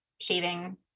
shaving